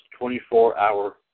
24-hour